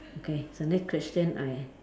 okay the next question I